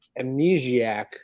Amnesiac